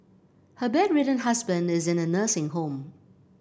her bedridden husband is in a nursing home